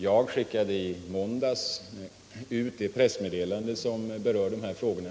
Jag skickade i måndags ut det pressmeddelande som berör de här frågorna.